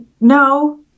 no